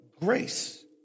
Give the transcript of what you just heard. Grace